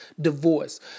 divorce